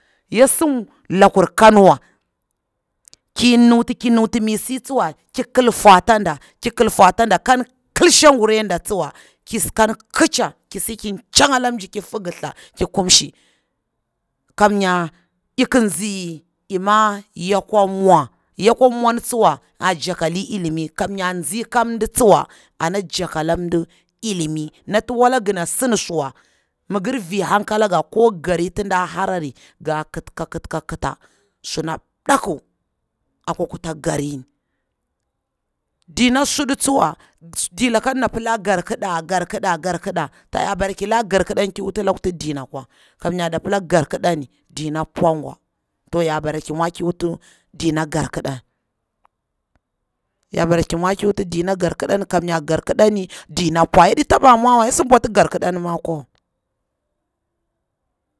Ya sid lakur kano wa, ki nuti ki nuti mi si tsuwa ƙi ƙil hwato nɗa, ƙi kil fwata nɗa, kan lail shaguri aɗa tsuwa kan kitcha, ki si ki ntchnga la mji, ki figilta ki kumshi kamnya nzi ima yakwa mwa, yakwa mwa ntsiwa a jaktali ilimi kamnya yatsi ka mdi tsuwa ana jakala mdi ilimi ti wala gana sidi suwa migir ri hankala nga ko gari hti nɗa harari nga kit ko kit ta suna nɗaku akwa kuta garini. Dina suɗu tsuwa, adilaka nda na pda garkida, garkida garkida to ya bara ƙila garkida ki wuti haku ti ndini akwa kamnya da pila garkida ni ndina pwa ngwa, to ya bara ki mwa ki wuti dina garkida ni, ya bara ki mwa ki wuti na garkidan kam nya garkidani dina pwa yaɗi taba mwawa ya sidi bwati garkidan ma akwa wa.